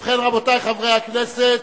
ובכן, רבותי חברי הכנסת,